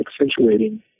accentuating